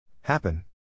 Happen